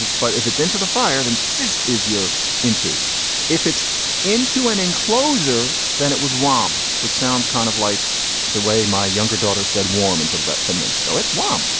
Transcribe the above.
but if it's into the fire, then this is your into if it's into an enclosure, then it was warm, which sounds kind of like the way my younger daughter said warm until about ten minutes ago. it's warm.